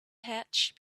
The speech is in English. hatch